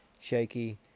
shaky